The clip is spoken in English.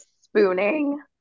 spooning